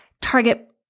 target